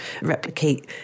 replicate